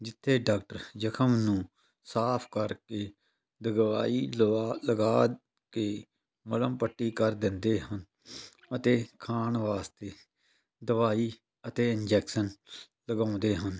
ਜਿੱਥੇ ਡਾਕਟਰ ਜਖਮ ਨੂੰ ਸਾਫ਼ ਕਰਕੇ ਦਵਾਈ ਲਵਾ ਲਗਾ ਕੇ ਮੱਲਮ ਪੱਟੀ ਕਰ ਦਿੰਦੇ ਹਨ ਅਤੇ ਖਾਣ ਵਾਸਤੇ ਦਵਾਈ ਅਤੇ ਇੰਜੈਕਸ਼ਨ ਲਗਾਉਂਦੇ ਹਨ